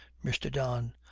mr. don.